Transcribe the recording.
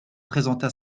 présenta